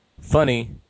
Funny